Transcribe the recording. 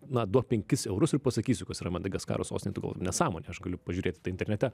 na duok penkis eurus ir pasakysiu kas yra madagaskaro sostinė tu galvoji nesąmonė aš galiu pažiūrėti tai internete